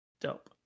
Dope